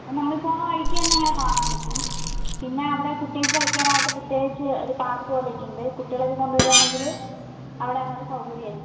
അത് നമ്മൾ പോകണ വഴിക്കുതന്നെ ഇങ്ങനെ കാണാൻ പറ്റും പിന്നെ അവിടെ കുട്ടികൾക്ക് കളിക്കാനായിട്ട് പ്രത്യേകിച്ച് ഒരു പാർക്ക് പോലെയൊക്കെ ഉണ്ട് കുട്ടികളെ ഒക്കെ കൊണ്ടുവരികയാണെങ്കിൽ അവിടെ നല്ല സൗകര്യമായിരിക്കും